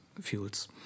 fuels